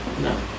No